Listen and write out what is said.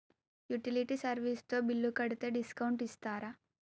Utility service తో bill కడితే discount ఇస్తరా?